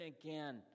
again